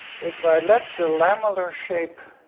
if i let the lamellar shape